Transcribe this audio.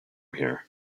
here